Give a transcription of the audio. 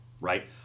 right